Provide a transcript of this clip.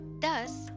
Thus